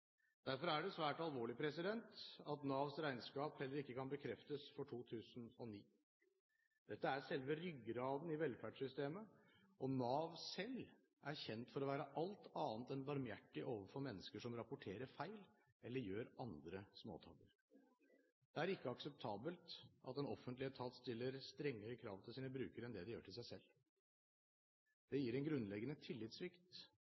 Derfor er det svært alvorlig at Navs regnskap for 2009 heller ikke kan bekreftes. Dette er selve ryggraden i velferdssystemet, og Nav selv er kjent for å være alt annet enn barmhjertig overfor mennesker som rapporterer feil eller gjør andre småtabber. Det er ikke akseptabelt at en offentlig etat stiller strengere krav til sine brukere enn de gjør til seg selv. Det gir en grunnleggende tillitssvikt